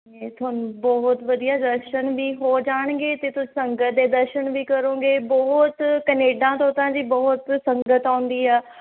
ਅਤੇ ਤੁਹਾਨੂੰ ਬਹੁਤ ਵਧੀਆ ਦਰਸ਼ਨ ਵੀ ਹੋ ਜਾਣਗੇ ਅਤੇ ਤੁਸੀਂ ਸੰਗਤ ਦੇ ਦਰਸ਼ਨ ਵੀ ਕਰੋਗੇ ਬਹੁਤ ਕਨੇਡਾ ਤੋਂ ਤਾਂ ਜੀ ਬਹੁਤ ਸੰਗਤ ਆਉਂਦੀ ਆਂ